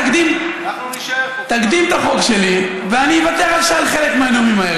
תקדים את החוק שלי ואני אוותר על חלק מהנאומים הערב.